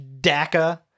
DACA